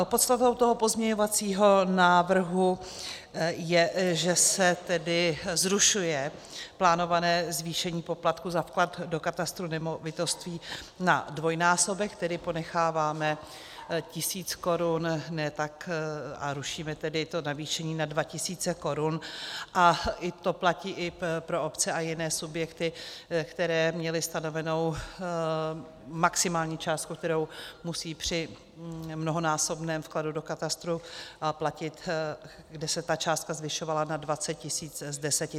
Podstatou toho pozměňovacího návrhu je, že se zrušuje plánované zvýšení poplatků za vklad do katastru nemovitostí na dvojnásobek, tedy ponecháváme tisíc korun, rušíme tedy to navýšení na 2 tisíce korun, a to platí i pro obce a jiné subjekty, které měly stanovenou maximální částku, kterou musí při mnohonásobném vkladu do katastru platit, kde se ta částka zvyšovala na 20 tisíc z deseti.